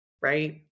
Right